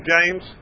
James